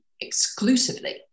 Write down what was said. exclusively